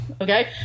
okay